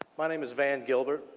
my name is van gilbert,